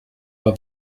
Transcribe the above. war